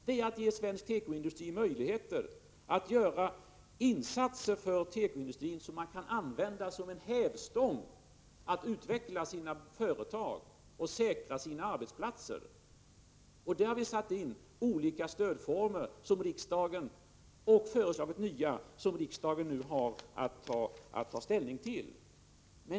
Det är att ge svensk tekoindustri möjligheter att göra insatser för tekoindustrin som man kan använda som hävstång för att utveckla sina företag och säkra sina arbetsplatser. Därför har vi satt in olika stödformer och föreslagit nya som riksdagen nu har att ta ställning till.